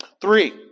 Three